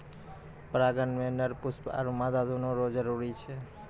परागण मे नर पुष्प आरु मादा दोनो रो जरुरी छै